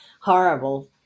horrible